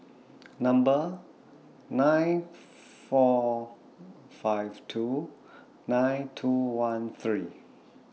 Number nine four five two nine two one three